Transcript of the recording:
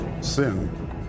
Sin